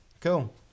Cool